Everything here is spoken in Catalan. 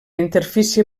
interfície